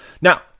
Now